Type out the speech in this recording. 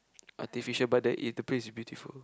artificial but the eh the place is beautiful